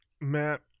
matt